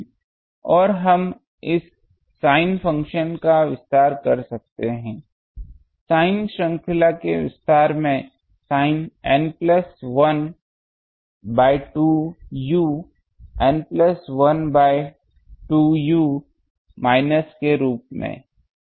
और हम इस sin फंक्शन का विस्तार कर सकते हैं sin श्रृंखला के विस्तार में sin N plus 1 by 2 u N plus 1 by 2 u minus के रूप में